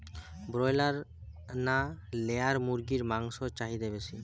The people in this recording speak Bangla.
ব্রলার না লেয়ার মুরগির মাংসর চাহিদা বেশি?